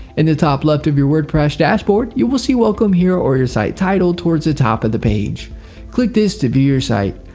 in the top left of your wordpress dashboard, you will see welcome here or your site title towards the top of the page click this to view your site.